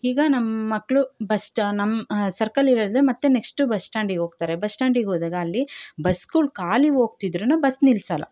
ಈಗ ನಮ್ಮ ಮಕ್ಕಳು ಬಸ್ ಜ ನಮ್ಮ ಸರ್ಕಲ್ ಇಲ್ದೆ ಮತ್ತೆ ನೆಕ್ಸ್ಟು ಬಸ್ ಶ್ಟ್ಯಾಂಡಿಗೆ ಹೋಗ್ತರೆ ಬಸ್ ಶ್ಟ್ಯಾಂಡಿಗೆ ಹೋದಾಗ ಅಲ್ಲಿ ಬಸ್ಗಳು ಖಾಲಿ ಹೋಗ್ತಿದ್ರೂನು ಬಸ್ ನಿಲ್ಲಿಸಲ್ಲ